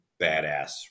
badass